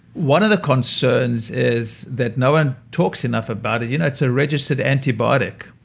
one of the concerns is that no one talks enough about it. you know it's a registered antibiotic.